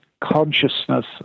Consciousness